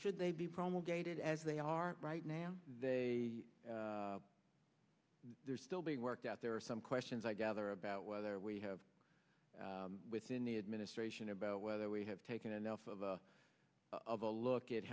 should they be promulgated as they are right now they are still being worked out there are some questions i gather about whether we have within the administration about whether we have taken enough of a look at